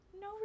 no